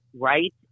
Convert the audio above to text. right